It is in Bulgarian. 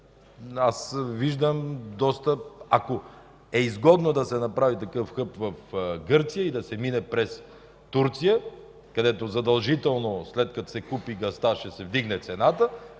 аз виждам, ако е изгодно да се направи такъв хъб в Гърция и да се мине през Турция, където задължително, след като се купи газта ще се вдигне цената,